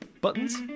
Buttons